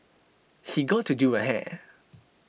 she got to do her hair